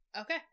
Okay